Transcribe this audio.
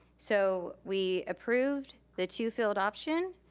so we approved the two field option,